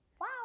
Wow